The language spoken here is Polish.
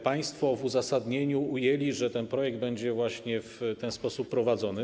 Państwo w uzasadnieniu napisali, że ten projekt będzie właśnie w ten sposób prowadzony.